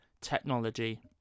technology